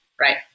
right